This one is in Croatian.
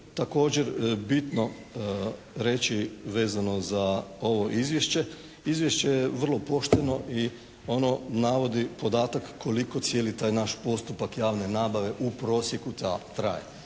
također bitno reći vezano za ovo Izvješće. Izvješće je vrlo pošteno i ono navodi podatak koliko cijeli taj naš postupak javne nabave u prosjeku traje.